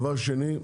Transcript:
דבר שני,